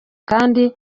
kandi